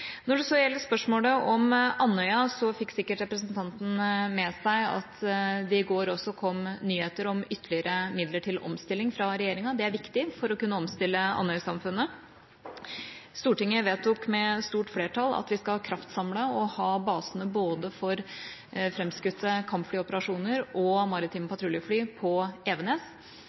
Når det så gjelder spørsmålet om Andøya, fikk sikkert representanten med seg at det i går også kom nyheter om ytterligere midler til omstilling fra regjeringa. Det er viktig for å kunne omstille Andøya-samfunnet. Stortinget vedtok med stort flertall at vi skal ha kraftsamlet og ha basene for både framskutte kampflyoperasjoner og maritime patruljefly på Evenes.